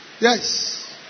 Yes